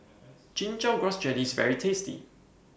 Chin Chow Grass Jelly IS very tasty